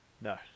No